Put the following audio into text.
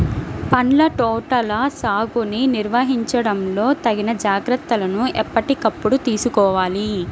పండ్ల తోటల సాగుని నిర్వహించడంలో తగిన జాగ్రత్తలను ఎప్పటికప్పుడు తీసుకోవాలి